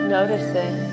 Noticing